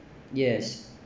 yes